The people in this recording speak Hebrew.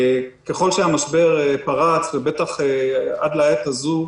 ככל שהמשבר פרץ, ובטח עד לעת הזו,